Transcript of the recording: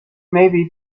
maybe